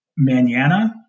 Maniana